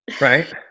Right